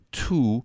two